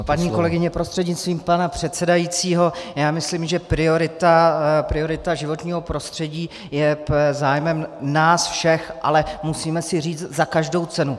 Paní kolegyně prostřednictvím pana předsedajícího, já myslím, že priorita životního prostředí je zájmem nás všech, ale musíme si říct, za každou cenu.